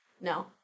No